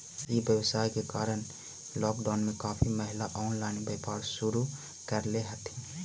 ई व्यवसाय के कारण लॉकडाउन में काफी महिला ऑनलाइन व्यापार शुरू करले हथिन